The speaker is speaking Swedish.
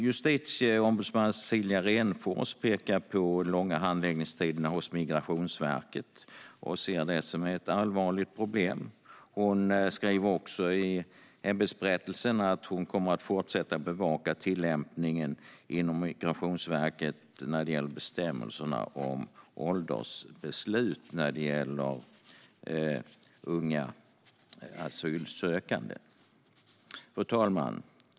Justitieombudsman Cecilia Renfors pekar på de långa handläggningstiderna hos Migrationsverket och ser dem som ett allvarligt problem. Hon skriver i ämbetsberättelsen att hon kommer att fortsätta att bevaka tillämpningen inom Migrationsverket när det gäller bestämmelserna om åldersbeslut rörande unga asylsökande. Fru talman!